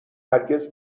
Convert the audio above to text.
هرگز